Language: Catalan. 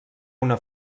una